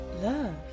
love